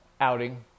outing